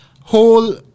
whole